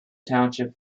township